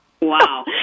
Wow